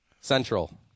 Central